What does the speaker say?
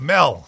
Mel